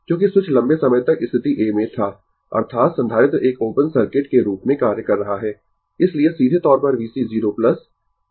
क्योंकि स्विच लंबे समय तक स्थिति a में था अर्थात संधारित्र एक ओपन सर्किट के रूप में कार्य कर रहा है इसलिए सीधे तौर पर VC 0 0 100 वोल्ट होगा